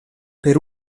per